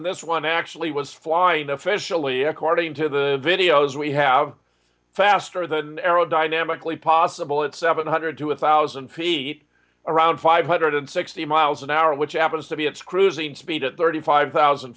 and this one actually was flying officially according to the videos we have faster than aerodynamically possible at seven hundred two without pete around five hundred and sixty miles an hour which happens to be its cruising speed at thirty five thousand